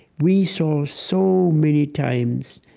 we saw so many times